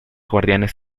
guardianes